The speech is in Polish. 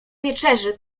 wieczerzy